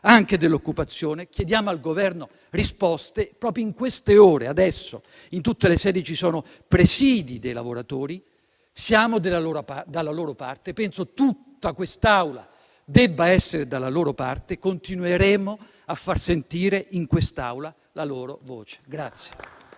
rilancio dell'occupazione. Chiediamo al Governo risposte. Proprio in queste ore, adesso, in tutte le sedi ci sono presidi dei lavoratori. Noi siamo dalla loro parte. Penso che tutta questa Assemblea debba essere dalla loro parte. Continueremo a far sentire in quest'Aula la loro voce.